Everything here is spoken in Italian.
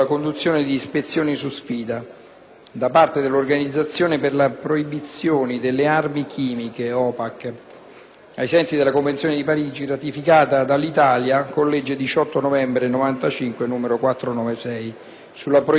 ai sensi della Convenzione di Parigi (ratificata dall'Italia con la legge n. 496 del 18 novembre 1995) sulla proibizione dello sviluppo, produzione, immagazzinaggio ed uso di armi chimiche e sulla loro distruzione, tentando di limitare